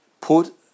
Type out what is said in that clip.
Put